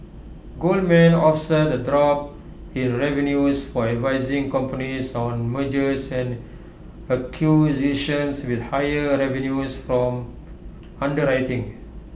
Goldman offset A drop in revenues for advising companies on mergers and acquisitions with higher revenues from underwriting